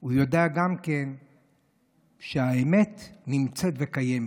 הוא יודע גם שהאמת נמצאת וקיימת.